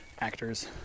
actors